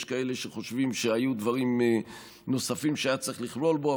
יש כאלה שחושבים שהיו דברים נוספים שהיה צריך לכלול בו.